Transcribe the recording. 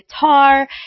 guitar